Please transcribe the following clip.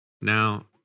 Now